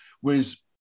Whereas